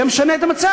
זה היה משנה את המצב.